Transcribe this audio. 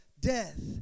death